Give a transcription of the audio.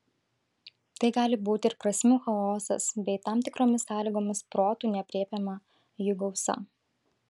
tai gali būti ir prasmių chaosas bei tam tikromis sąlygomis protu neaprėpiama jų gausa